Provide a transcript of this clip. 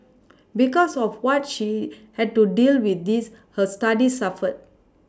because of what she had to deal with this her Studies suffered